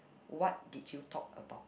what did you talk about